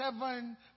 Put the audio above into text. seven